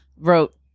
wrote